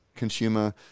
consumer